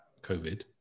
covid